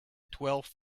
twelve